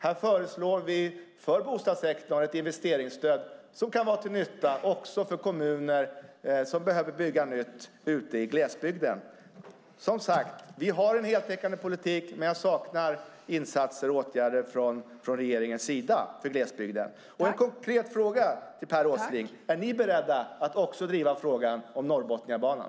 Här föreslår vi för bostadssektorn ett investeringsstöd som kan vara till nytta också för kommuner som behöver bygga nytt ute i glesbygden. Vi har en heltäckande politik, men jag saknar insatser och åtgärder från regeringens sida för glesbygden. Jag har en konkret fråga till Per Åsling: Är ni beredda att också driva frågan om Norrbotniabanan?